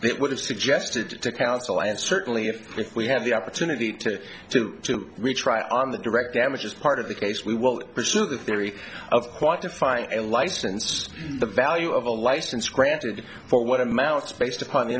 have suggested to counsel and certainly if we have the opportunity to tim tim we try on the direct damages part of the case we will pursue the theory of quantifying and licensed the value of a license granted for what amounts based upon the